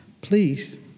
please